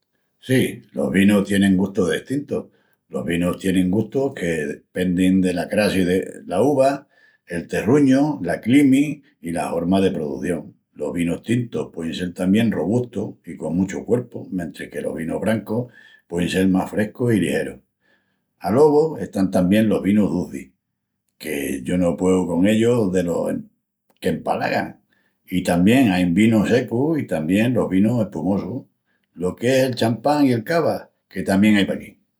Sí, los vínus tienin gustus destintus. Los vínus tienin gustus que pendin dela crassi dela uva, el terruñu, la climi i la horma de produción. Los vínus tintus puein sel tamién robustus i con muchu cuerpu, mentris que los vínus brancus puein sel más frescus i ligerus. Alogu están tamién los vínus ducis, que yo no pueu con ellus delo em... qu'empalagan. I tamién ain vinus secus i tamién los vinus espumosus, lo qu'es el champán i el cava, que tamién ai paquí.